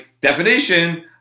definition